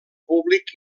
públic